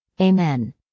Amen